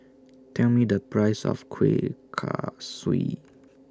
Tell Me The Price of Kuih Kaswi